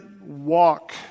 walk